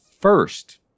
first